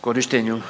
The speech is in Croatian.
korištenju,